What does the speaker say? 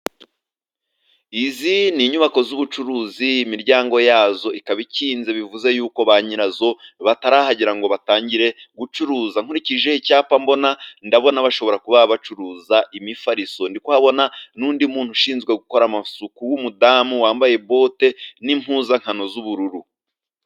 Izi ni inyubako z'ubucuruzi, imiryango yazo ikaba ikinze bivuze yuko banyirazo batarahagera ngo batangire gucuruza. Nkurikije icyapa mbona, ndabona bashobora kuba bacuruza imifariso. Ndi kuhabona n'undi muntu ushinzwe gukora amasuku w'umudamu, wambaye impuzankano z'ubururu.